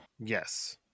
Yes